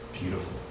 beautiful